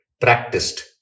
practiced